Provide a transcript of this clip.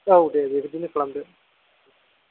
औ दे बेबायदिनो खालामदो